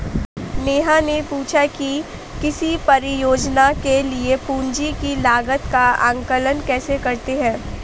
नेहा ने पूछा कि किसी परियोजना के लिए पूंजी की लागत का आंकलन कैसे करते हैं?